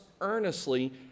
earnestly